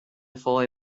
fully